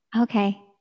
okay